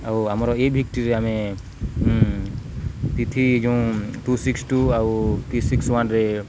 ଆଉ ଆମର ଏଇ ଭିତ୍ତିରେ ଆମେ ତିଥି ଯେଉଁ ଟୁ ସିକ୍ସ ଟୁ ଆଉ ଥ୍ରୀ ସିକ୍ସି ୱାନ୍ରେ